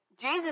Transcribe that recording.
Jesus